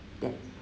that